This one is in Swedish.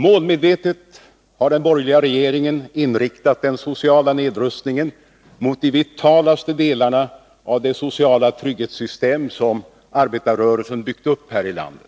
Målmedvetet har den borgerliga regeringen inriktat den sociala nedrustningen mot de vitalaste delarna av det sociala trygghetssystem som arbetarrörelsen byggt upp här i landet.